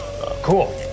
Cool